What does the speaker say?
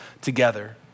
together